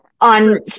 on